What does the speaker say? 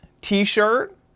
t-shirt